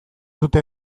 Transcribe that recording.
dute